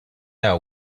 our